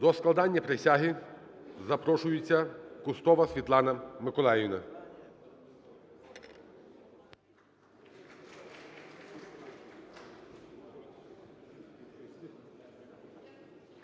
До складання присяги запрошується Кустова Світлана Миколаївна.